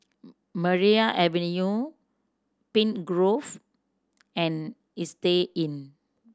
Maria Avenue Pine Grove and Istay Inn